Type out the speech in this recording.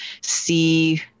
See